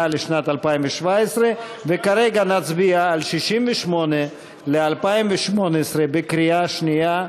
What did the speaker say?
לשנת 2017. כרגע נצביע על סעיף 68 ל-2018 בקריאה שנייה.